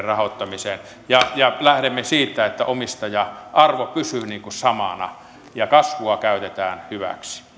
rahoittamiseen lähdemme siitä että omistaja arvo pysyy samana ja kasvua käytetään hyväksi